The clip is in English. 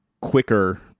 quicker